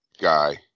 guy